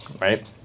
right